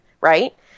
right